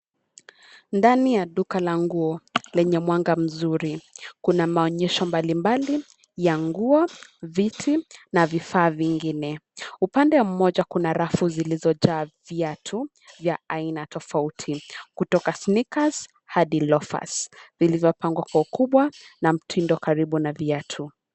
Ndani ya duka la nguo, lenye mwanga mzuri. Kuna maonyesho mbalimbali, ya nguo, viti, na vifaa vingine. Upande mmoja, kuna rafu zilizojaa viatu, vya aina tofauti, kutoka sneakers , hadi loafers zilizopangwa kwa ukubwa na mtindo karibu na viatu.